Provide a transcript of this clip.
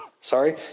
sorry